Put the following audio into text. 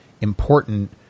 important